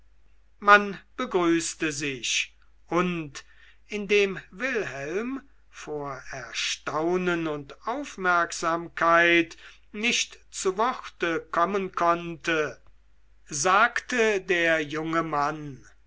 man begrüßte sich und indem wilhelm vor erstaunen und aufmerksamkeit nicht zu wort kommen konnte sagte der junge mann